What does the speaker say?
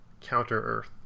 Counter-Earth